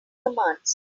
commands